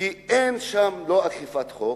כי אין שם אכיפת חוק,